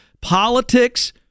Politics